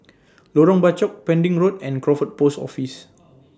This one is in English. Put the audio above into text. Lorong Bachok Pending Road and Crawford Post Office